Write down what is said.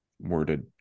worded